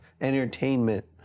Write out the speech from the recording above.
entertainment